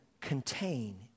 contain